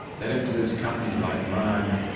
that includes companies like mine,